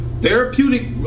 therapeutic